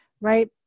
right